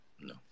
no